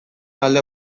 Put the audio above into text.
alde